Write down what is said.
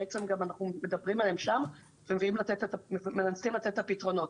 בעצם גם אנחנו מדברים עליהם שם ומנסים לתת את הפתרונות.